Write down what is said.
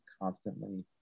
constantly